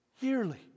yearly